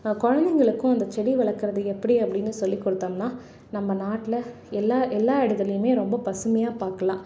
குழந்தைங்களுக்கும் இந்த செடி வளர்க்குறது எப்படி அப்படின்னு சொல்லி கொடுத்தோம்னா நம்ம நாட்டில் எல்லா எல்லா இடத்துலையுமே ரொம்ப பசுமையாக பார்க்கலாம்